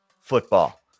football